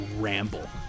ramble